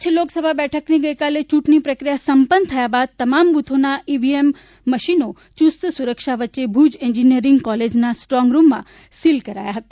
કચ્છ લોકસભા બેઠક પર પણ ગઈકાલે ચૂંટણી પ્રક્રિયા સંપન્ન થયા બાદ તમામ બુથો ઈવીએમ મશીનો સુસ્ત સુરક્ષા વચ્ચે ભુજ એન્જિનિયરિંગ કોલેજના સ્ટ્રોંગ રૂમમાં સીલ કરાયા હતા